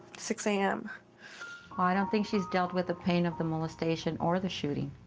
six a um i don't think she's dealt with the pain of the molestation or the shooting.